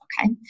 okay